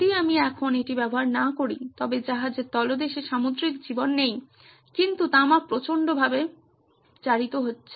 যদি আমি এখন এটি ব্যবহার না করি তবে জাহাজের তলদেশে সামুদ্রিক জীবন নেই কিন্তু তামা প্রচন্ডভাবে মতো জারিত হচ্ছে